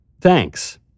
thanks